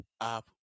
up